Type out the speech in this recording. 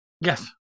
Yes